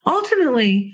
Ultimately